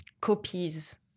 copies